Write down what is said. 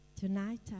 Tonight